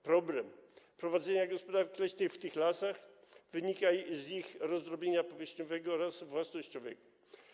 Problem prowadzenia gospodarki leśnej w tych lasach wynika z ich rozdrobnienia powierzchniowego oraz własnościowego.